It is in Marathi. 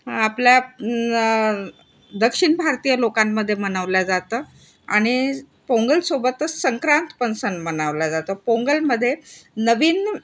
आपल्या न दक्षिण भारतीय लोकांमध्ये मनवल्या जातं आणि पोंगलसोबतच संक्रांत पण सण मनवला जातो पोंगलमध्ये नवीन